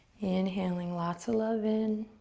inhaling lots of love in.